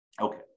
okay